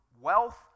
wealth